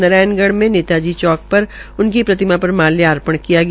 नारायणगढ़ में नेता जी चौक पर उनकी प्रतिमा पर माल्यार्पण किया गया